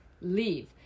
leave